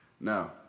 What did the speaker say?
Now